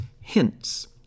hints